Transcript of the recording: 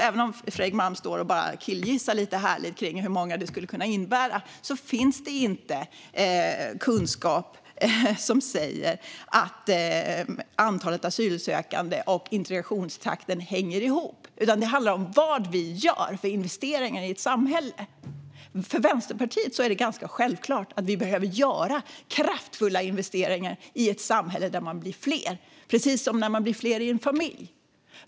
Även om Fredrik Malm står och killgissar lite härligt om hur många människor detta skulle kunna innebära finns det inte kunskap som säger att antalet asylsökande och integrationstakten hänger ihop, utan det handlar om vilka investeringar vi gör i samhället. För Vänsterpartiet är det ganska självklart att vi behöver göra kraftfulla investeringar i ett samhälle där vi blir fler, precis som när man blir fler i en familj.